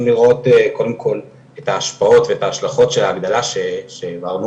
לראות קודם כל את ההשפעות וההשלכות של ההגדלה שאמרנו.